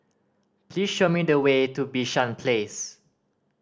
please show me the way to Bishan Place